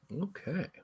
Okay